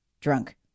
drunk